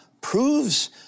proves